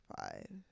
five